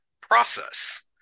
process